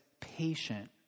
patient